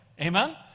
Amen